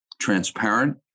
transparent